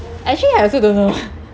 actually I also don't know